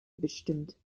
bestimmt